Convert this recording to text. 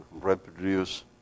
reproduce